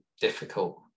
difficult